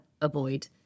avoid